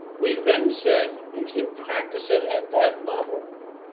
we then said, if you practice it at that level,